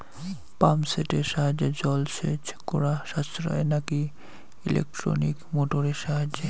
Pump সেটের সাহায্যে জলসেচ করা সাশ্রয় নাকি ইলেকট্রনিক মোটরের সাহায্যে?